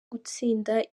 gutsinda